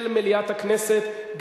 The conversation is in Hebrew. של מליאת הכנסת,